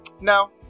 No